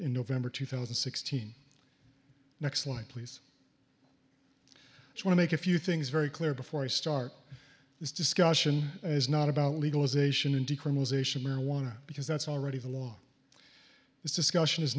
in november two thousand and sixteen next one please when i make a few things very clear before i start this discussion is not about legalization and decriminalization marijuana because that's already the law this discussion is